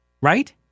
right